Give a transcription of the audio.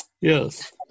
Yes